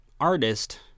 artist